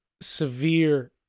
severe